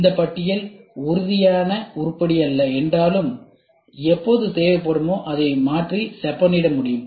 இந்த பட்டியல் உறுதியான உருப்படி அல்ல என்றாலும் எப்போது தேவைப்படுமோ அதை மாற்றி செப்பனிட முடியும்